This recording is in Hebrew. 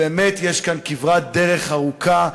באמת יש כאן כברת דרך ארוכה.